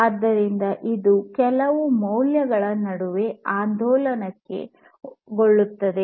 ಆದ್ದರಿಂದ ಇದು ಕೆಲವು ಮೌಲ್ಯಗಳ ನಡುವೆ ಆಂದೋಲನಗೊಳ್ಳುತ್ತದೆ